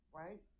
right